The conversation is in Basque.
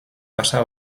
pasa